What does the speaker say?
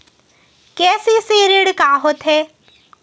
KCC ऋण का होथे?